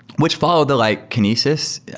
which followed the like kinesis,